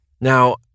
Now